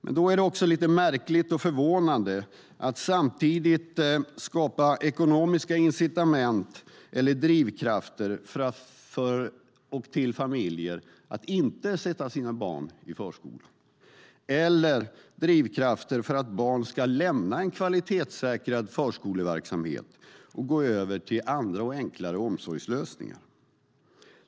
Det är då lite märkligt och förvånande att samtidigt skapa ekonomiska incitament eller drivkrafter för familjer att inte sätta sina barn i förskola eller drivkrafter för att barn ska lämna en kvalitetssäkrad förskoleverksamhet och gå över till andra och enklare omsorgslösningar.